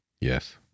Yes